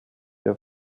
der